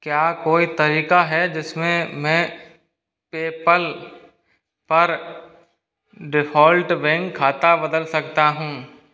क्या कोई तरीका है जिसमें मैं पैपल पर डिफ़ॉल्ट बैंक खाता बदल सकता हूँ